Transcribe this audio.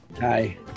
Hi